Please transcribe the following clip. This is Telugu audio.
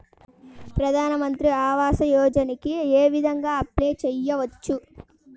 ప్రధాన మంత్రి ఆవాసయోజనకి ఏ విధంగా అప్లే చెయ్యవచ్చు?